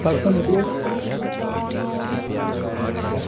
परसों मिलिए हाँ